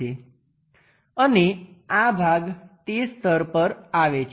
અને આ ભાગ તે સ્તર પર આવે છે